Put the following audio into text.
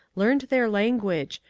learned their language,